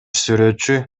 сүрөтчү